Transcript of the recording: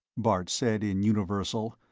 bart said in universal,